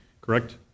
correct